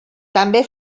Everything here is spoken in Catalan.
també